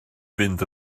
fynd